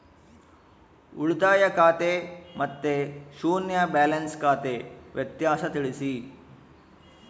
ಉಳಿತಾಯ ಖಾತೆ ಮತ್ತೆ ಶೂನ್ಯ ಬ್ಯಾಲೆನ್ಸ್ ಖಾತೆ ವ್ಯತ್ಯಾಸ ತಿಳಿಸಿ?